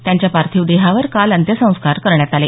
त्यांच्या पार्थिव देहावर काल अंत्यसंस्कार करण्यात आले